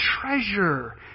treasure